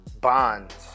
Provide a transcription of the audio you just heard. Bonds